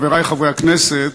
חברי חברי הכנסת,